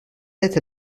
nette